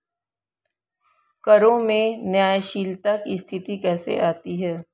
करों में न्यायशीलता की स्थिति कैसे आती है?